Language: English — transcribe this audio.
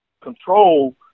control